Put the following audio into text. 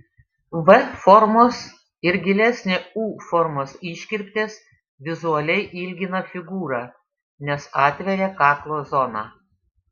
v formos ir gilesnė u formos iškirptės vizualiai ilgina figūrą nes atveria kaklo zoną